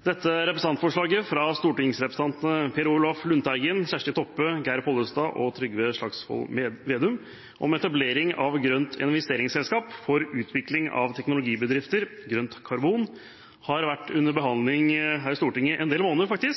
Dette representantforslaget, fra stortingsrepresentantene Per Olaf Lundteigen, Kjersti Toppe, Geir Pollestad og Trygve Slagsvold Vedum om etablering av grønt investeringsselskap for utvikling av teknologibedrifter, grønt karbon, har vært under behandling her i Stortinget i en del måneder.